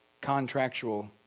contractual